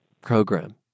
program